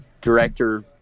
director